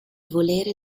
volere